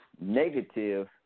Negative